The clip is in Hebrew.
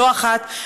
לא אחת,